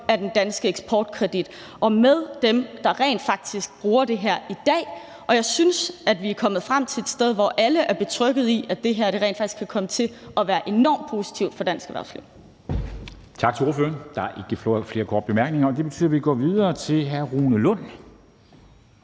af den danske eksportkredit og med dem, der rent faktisk bruger det her i dag. Og jeg synes, vi er kommet frem til et sted, hvor alle er betrygget i, at det her rent faktisk kan komme til at være enormt positivt for dansk erhvervsliv.